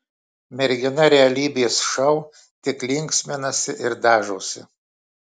mergina realybės šou tik linksminasi ir dažosi